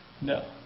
No